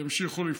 ימשיכו לפעול.